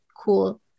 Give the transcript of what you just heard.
cool